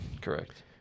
Correct